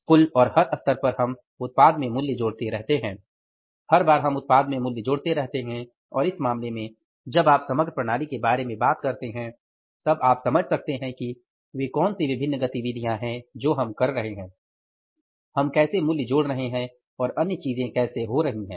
कुल और हर स्तर पर हम उत्पाद में मूल्य जोड़ते रहते हैं हर बार हम उत्पाद में मूल्य जोड़ते रहते हैं और इस मामले में जब आप समग्र प्रणाली के बारे में बात करते हैं तब आप समझ सकते हैं कि वे कौन सी विभिन्न गतिविधियाँ हैं जो हम कर रहे हैं हम कैसे मूल्य जोड़ रहे हैं और अन्य चीजें कैसे हो रही हैं